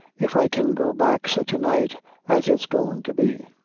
if i can go back sich a night as it's goin' to be.